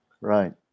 right